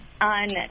on